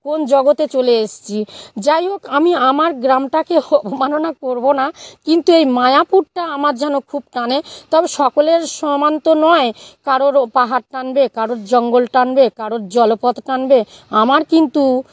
কোন জগতে চলে এসছি যাই হোক আমি আমার গ্রামটাকে অবমাননা করব না কিন্তু এই মায়াপুরটা আমার যেন খুব টানে তবে সকলের সমান তো নয় কারোরও পাহাড় টানবে কারোর জঙ্গল টানবে কারোর জলপথ টানবে আমার কিন্তু